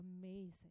amazing